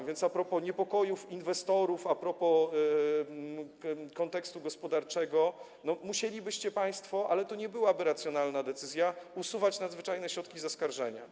A więc a propos niepokojów inwestorów, a propos kontekstu gospodarczego musielibyście państwo, ale to nie byłaby racjonalna decyzja, usuwać nadzwyczajne środki zaskarżenia.